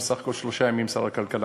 אבל אני בסך הכול שלושה ימים שר הכלכלה,